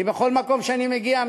בכל מקום שאני מגיע אליו,